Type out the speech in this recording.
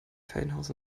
ferienhaus